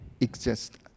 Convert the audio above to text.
exist